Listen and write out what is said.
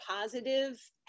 positive